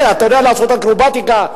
ינסה לעשות אקרובטיקה,